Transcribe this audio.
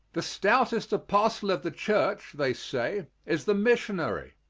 the stoutest apostle of the church, they say, is the missionary,